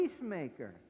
peacemaker